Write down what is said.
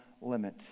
limit